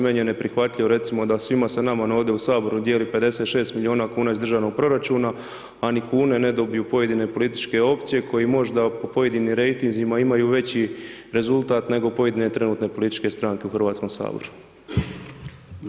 Meni je neprihvatljivo recimo da svima se nama ovdje u Saboru dijeli 56 milijuna kuna iz državnog proračuna a ni kune ne dobiju pojedine političke opcije koje možda po pojedinim rejtinzima imaju veći rezultat nego pojedine trenutne političke stranke u Hrvatskom saboru.